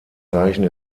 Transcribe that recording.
zeichen